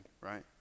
right